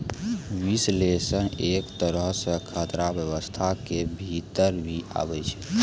विश्लेषण एक तरहो से खतरा व्यवस्था के भीतर भी आबै छै